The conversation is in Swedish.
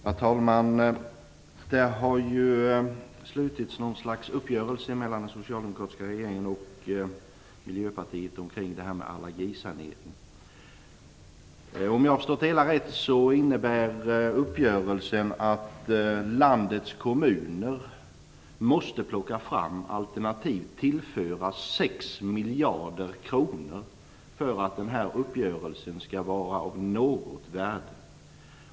Herr talman! Det har slutits någon slags uppgörelse mellan den socialdemokratiska regeringen och Miljöpartiet kring detta med allergisanering. Om jag har förstått det hela rätt innebär uppgörelsen att landets kommuner måste plocka fram, alternativt tillföra, 6 miljarder kronor för att den här uppgörelsen skall vara av något värde.